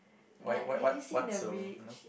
why why what what so you know